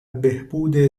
بهبود